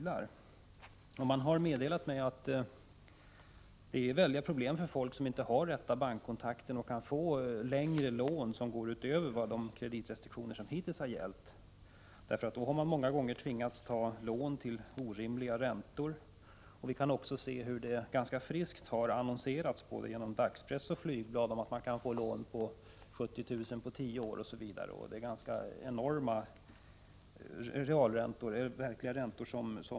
Man har emellertid meddelat mig att det är väldigt stora problem för folk som inte har de rätta bankkontakterna, så att de kan få lån med längre löptider än dem som gäller enligt de hittills tillämpade kreditrestriktionerna. De har många gånger tvingats att ta lån till orimligt höga räntor. Vi kan också konstatera hur det både i dagspressen och genom flygblad har annonserats om att man kan få lån på 70 000 kr. med en löptid om tio år, osv. Det har då handlat om enormt höga räntor.